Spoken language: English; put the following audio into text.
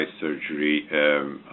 surgery